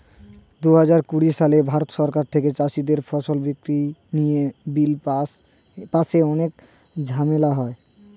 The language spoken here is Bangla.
দুহাজার কুড়ি সালে ভারত সরকারের থেকে চাষীদের ফসল বিক্রি নিয়ে বিল পাশে অনেক ঝামেলা হয়